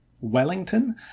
wellington